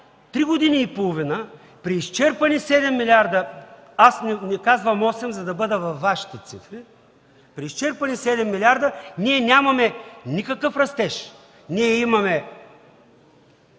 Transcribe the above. три години и половина при изчерпани 7 милиарда, аз не казвам осем, за да бъда във Вашите цифри, при изчерпани 7 милиарда ние нямаме никакъв растеж, ние имаме